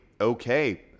okay